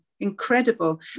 incredible